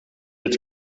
het